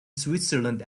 switzerland